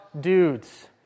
dudes